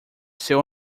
seu